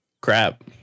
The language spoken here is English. crap